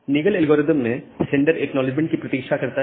निगल एल्गोरिदम में sender acknowledgement की प्रतीक्षा करता है